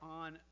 on